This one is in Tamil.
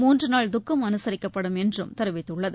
மூன்றுநாள் துக்கம் அனுசரிக்கப்படும் என்றும் தெரிவித்துள்ளது